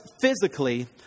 physically